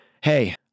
hey